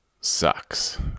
sucks